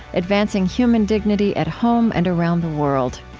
advancing human dignity at home and around the world.